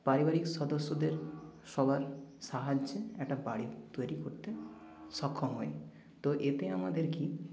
পারিবারিক সদস্যদের সবার সাহায্যে একটা বাড়ি তৈরি করতে সক্ষম হই তো এতে আমাদের কি